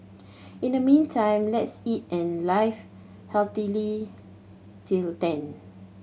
in the meantime let's eat and live healthily till then